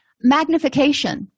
magnification